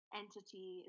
entity